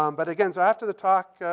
um but, again, so after the talk,